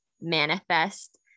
manifest